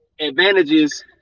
advantages